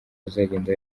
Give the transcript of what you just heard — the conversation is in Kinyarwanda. bazagenda